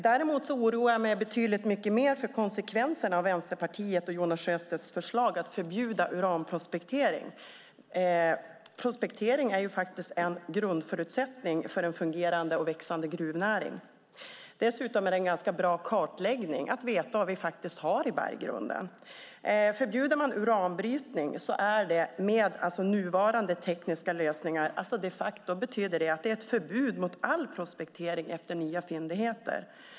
Däremot oroar jag mig betydligt mer för konsekvenserna av Vänsterpartiets och Jonas Sjöstedts förslag om att förbjuda uranprospektering. Prospektering är en grundförutsättning för en fungerande och växande gruvnäring. Dessutom innebär prospektering en ganska bra kartläggning när det gäller att veta vad vi faktiskt har i berggrunden. Förbjuder man uranbrytning betyder det de facto, med nuvarande tekniska lösningar, ett förbud mot all prospektering efter nya fyndigheter.